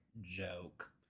joke